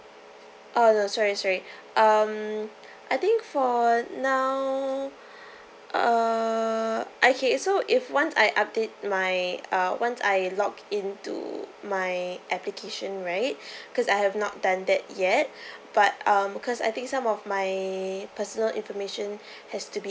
oh no sorry sorry um I think for now err okay so if once I update my uh once I login to my application right cause I have not done that yet but um cause I think some of my personal information has to be up